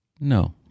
no